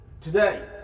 today